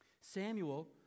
Samuel